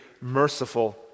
merciful